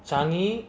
changi